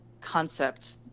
concept